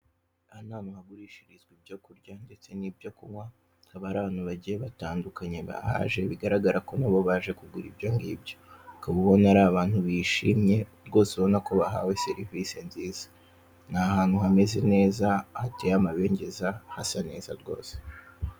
Aha ni ahantu hagurishirizwa ibyo kurya ndetse n'ibo kunywa, haba ari abantu bagiye batandukanye hajaje bigaragara ko na bo baje kugura ibyongibyo. Ukaba ubona ari abantu bishimye, rwose urabona ko bahawe serivise nziza. Ni ahantu hameze neza, hateye amabengeza, hasa neza rwose.